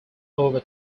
over